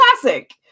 classic